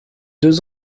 deux